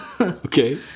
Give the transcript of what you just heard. Okay